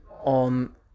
on